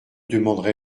demanderai